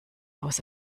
aus